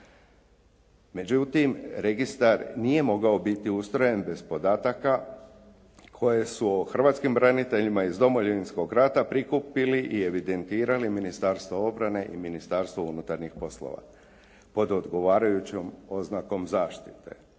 Međutim, registar nije mogao biti ustrojen bez podataka koje su o hrvatskim braniteljima iz Domovinskog rata prikupili i evidentirali Ministarstvo obrane i Ministarstvo unutarnjih poslova pod odgovarajućom oznakom zaštite.